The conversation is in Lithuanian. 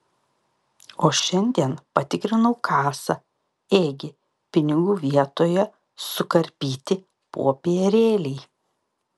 o šiandien patikrinau kasą ėgi pinigų vietoje sukarpyti popierėliai